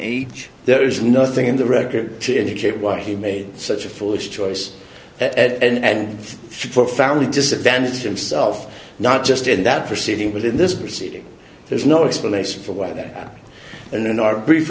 age there is nothing in the record to indicate why he made such a foolish choice at and for family disadvantage himself not just in that for sitting within this proceeding there's no explanation for why that and in our brief